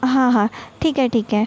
हं हं ठीक आहे ठीक आहे